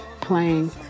playing